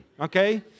Okay